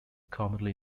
commonly